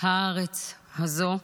הארץ הזו.